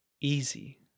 easy